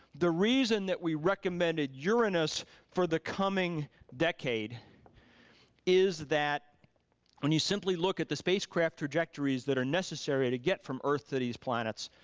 the reason that we recommended uranus for the coming decade is that when you simply look at the spacecraft trajectories that are necessary to get from earth to these planets,